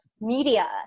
media